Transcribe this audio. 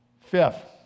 Fifth